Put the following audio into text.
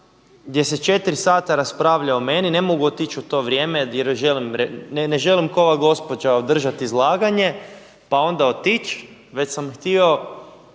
gdje se 4 sata raspravlja o meni. Ne mogu otići u to vrijeme, jer ne želim kao ova gospođa održati izlaganje, pa onda otići već sam htio